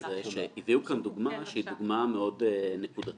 הביאו כאן דוגמה שהיא דוגמה מאוד נקודתית.